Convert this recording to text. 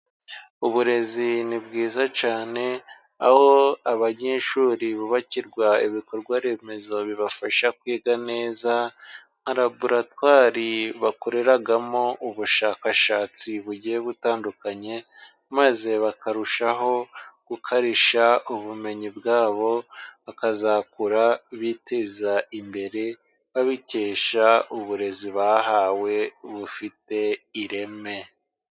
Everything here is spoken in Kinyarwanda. Uburezi ni bwiza cyane. Aho abanyeshuri bubakirwa ibikorwa-remezo bibafasha kwiga neza. Laboratwari bakoreragamo ubushakashatsi bugiye butandukanye, maze bakarushaho gukarishya ubumenyi bwabo, bakazakura biteza imbere, babikesha uburezi bahawe bufite ireme.